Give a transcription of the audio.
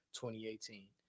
2018